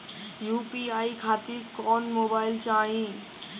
UPI खातिर कौन mobile चाहीं?